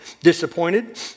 disappointed